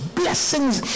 blessings